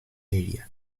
area